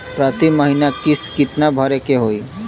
प्रति महीना किस्त कितना भरे के होई?